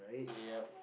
yup